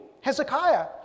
Hezekiah